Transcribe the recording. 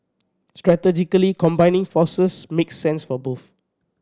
strategically combining forces makes sense for both